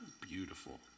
beautiful